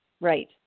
Right